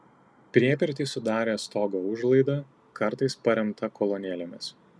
priepirtį sudarė stogo užlaida kartais paremta kolonėlėmis